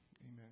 amen